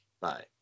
Bye